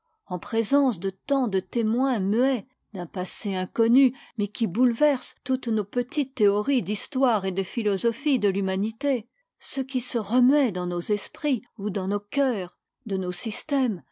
en présence de tant de témoins muets d'un passé inconnu mais qui bouleverse toutes nos petites théories d'histoire et de philosophie de l'humanité ce qui se remuait dans nos esprits ou dans nos cœurs de nos systèmes